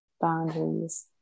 boundaries